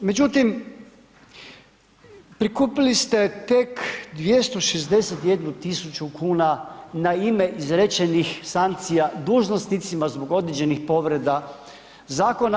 Međutim, prikupili ste tek 261 tisuću kuna na ime izrečenih sankcija dužnosnicima zbog određenih povreda zakona.